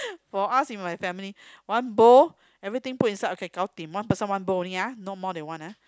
for us in my family one bowl everything put inside okay gao dim one person one bowl only ah not more than one ah